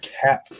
cap